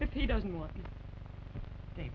if he doesn't want to date